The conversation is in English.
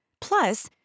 Plus